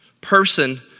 Person